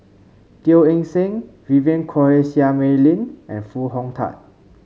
Teo Eng Seng Vivien Quahe Seah Mei Lin and Foo Hong Tatt